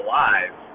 lives